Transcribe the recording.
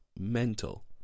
mental